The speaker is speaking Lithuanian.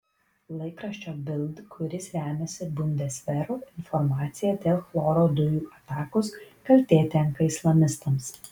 laikraščio bild kuris remiasi bundesveru informacija dėl chloro dujų atakos kaltė tenka islamistams